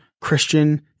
Christian